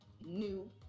new